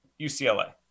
UCLA